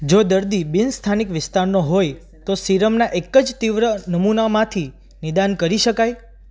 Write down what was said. જો દર્દી બિનસ્થાનિક વિસ્તારનો હોય તો સીરમના એક જ તીવ્ર નમૂનામાંથી નિદાન કરી શકાય